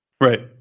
right